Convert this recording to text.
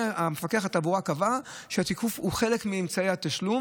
המפקח על התעבורה קבע שהתיקוף הוא חלק מאמצעי התשלום,